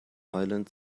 island